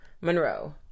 monroe